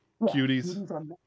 Cuties